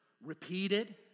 repeated